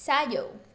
साॼो